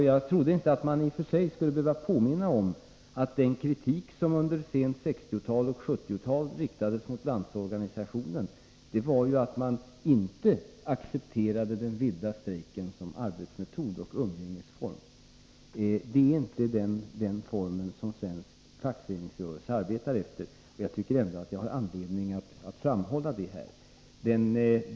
Jag trodde inte att jag skulle behöva påminna om att den kritik som under sent 1960-tal och under 1970-talet riktades mot Landsorganisationen gällde att man inte accepterade den vilda strejken som arbetsmetod och umgängesform. Det är inte den form som svensk fackföreningsrörelse arbetar efter. Jag tycker att jag har anledning att framhålla det här.